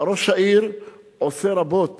ראש העיר עושה רבות